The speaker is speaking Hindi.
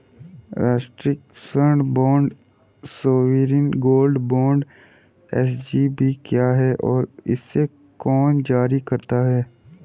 राष्ट्रिक स्वर्ण bond sovereign gold bond SGB क्या है और इसे कौन जारी करता है?